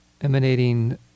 emanating